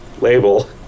label